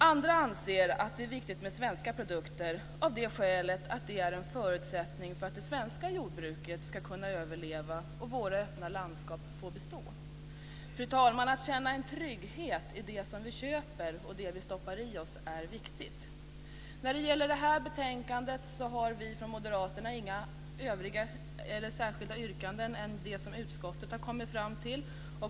Andra anser att det är viktigt med svenska produkter, av det skälet att det är en förutsättning för att det svenska jordbruket ska kunna överleva och för att våra öppna landskap ska få bestå. Fru talman! Att känna en trygghet i det som vi köper och det som vi stoppar i oss är viktigt. När det gäller det här betänkandet har vi från Moderaterna inga särskilda yrkanden utöver vad utskottet har kommit fram till.